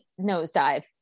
nosedive